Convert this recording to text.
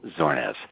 Zornes